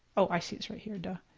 oh i see it's right, here, duh.